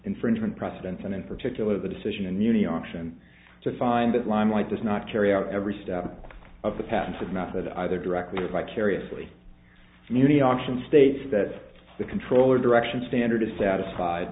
infringement precedents and in particular the decision and unity option to find that limelight does not carry out every step of the patented method either directly or vicariously community option states that the controller direction standard is satisfied